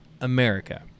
america